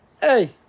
Hey